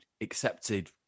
accepted